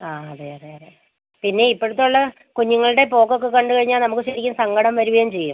ആ അതെ അതെ അതെ പിന്നെ ഇപ്പോഴത്തെ കുഞ്ഞുങ്ങളുടെ പോക്കൊക്ക കണ്ടു കഴിഞ്ഞാൽ നമുക്ക് ശരിക്കും സങ്കടം വരികയും ചെയ്യും